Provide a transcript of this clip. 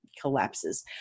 collapses